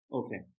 okay